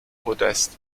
podest